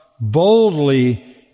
boldly